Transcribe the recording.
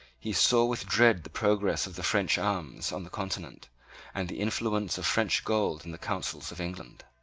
he saw with dread the progress of the french arms on the continent and the influence of french gold in the counsels of england.